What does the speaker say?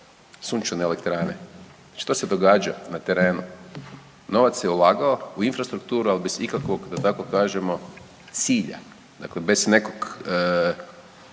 sunčane elektrane. Znači to se događa na terenu, novac je ulagao u infrastrukturu, ali bez ikakvog da tako kažemo cilja, dakle bez nekog